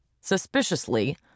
Suspiciously